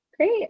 Great